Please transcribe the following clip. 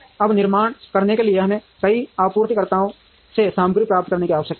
अब निर्माण करने के लिए हमें कई आपूर्तिकर्ताओं से सामग्री प्राप्त करने की आवश्यकता है